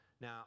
Now